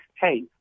hey